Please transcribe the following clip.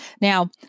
Now